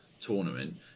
tournament